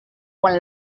quan